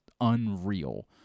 unreal